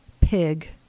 pig